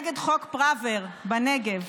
נגד חוק פראוור בנגב.